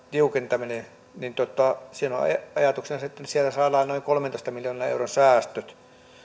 tiukentamista niin siinä on ajatuksena se että siellä saadaan noin kolmentoista miljoonan euron säästöt